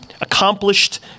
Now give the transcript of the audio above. accomplished